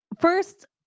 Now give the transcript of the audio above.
first